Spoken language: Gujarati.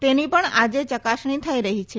તેની પણ આજે ચકાસણી થઈ રહી છે